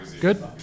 Good